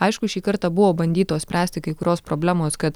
aišku šį kartą buvo bandytos spręsti kai kurios problemos kad